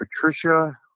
Patricia